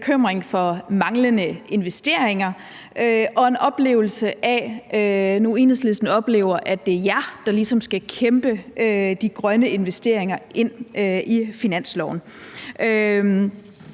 en bekymring for manglende investeringer og en oplevelse hos Enhedslisten af, at det er jer, der ligesom skal kæmpe de grønne investeringer ind i finansloven.